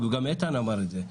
וגם איתן אמר את זה,